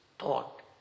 thought